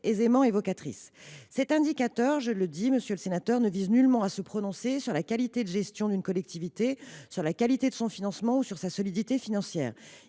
aisément évocatrice. Monsieur le sénateur, cet indicateur ne vise nullement à se prononcer sur la qualité de la gestion d’une collectivité, sur la qualité de son financement ou sur sa solidité financière.